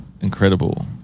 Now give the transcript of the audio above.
incredible